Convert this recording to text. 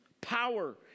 power